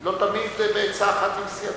לא תמיד בעצה אחת עם סיעתו.